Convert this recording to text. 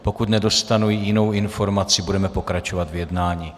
Pokud nedostanu jinou informaci, budeme pokračovat v jednání.